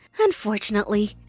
Unfortunately